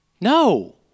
No